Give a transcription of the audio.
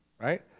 right